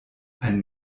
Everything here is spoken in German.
ein